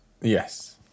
yes